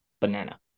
banana